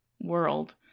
world